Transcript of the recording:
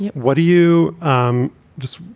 what do you um just.